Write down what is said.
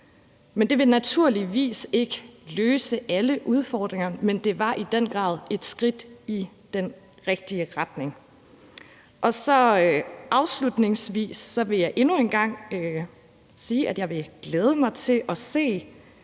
pct. Det vil naturligvis ikke løse alle udfordringer, men det var et skridt i den rigtige retning. Afslutningsvis vil jeg endnu en gang sige, at jeg vil glæde mig til at læse